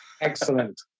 Excellent